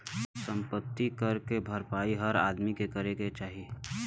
सम्पति कर के भरपाई हर आदमी के करे क चाही